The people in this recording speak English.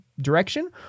direction